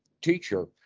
teacher